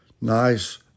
nice